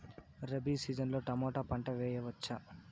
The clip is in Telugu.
రబి సీజన్ లో టమోటా పంట వేయవచ్చా?